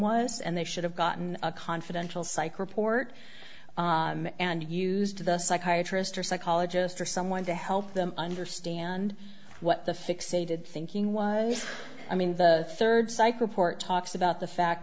was and they should have gotten a confidential psych report and used to the psychiatrist or psychologist or someone to help them understand what the fixated thinking was i mean the third psych report talks about the fact